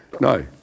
No